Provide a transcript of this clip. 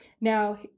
Now